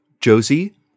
Josie